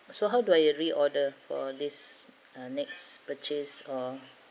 so how do I reorder for this uh next purchase or